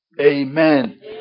Amen